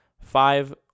five